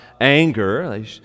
anger